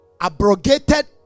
abrogated